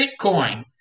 Bitcoin